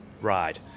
ride